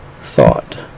thought